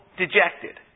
dejected